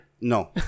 No